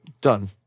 done